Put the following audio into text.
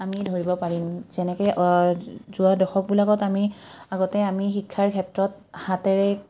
আমি ধৰিব পাৰিম যেনেকৈ যোৱা দশকবিলাকত আমি আগতে আমি শিক্ষাৰ ক্ষেত্ৰত হাতেৰে